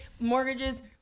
mortgages